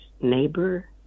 neighbor